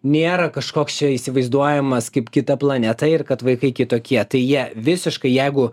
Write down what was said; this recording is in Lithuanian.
nėra kažkoks čia įsivaizduojamas kaip kita planeta ir kad vaikai kitokie tai jie visiškai jeigu